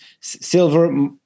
Silver